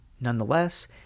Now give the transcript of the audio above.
Nonetheless